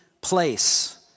place